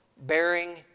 bearing